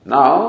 Now